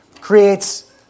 creates